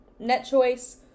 NetChoice